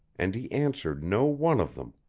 and he answered no one of them.